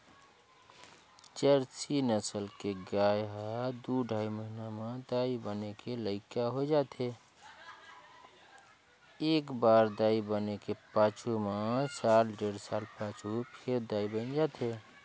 Jersey नसल के गाय ह दू ढ़ाई महिना म दाई बने के लइक हो जाथे, एकबार दाई बने के पाछू में साल डेढ़ साल पाछू फेर दाई बइन जाथे